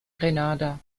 grenada